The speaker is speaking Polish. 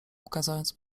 ukazując